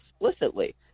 explicitly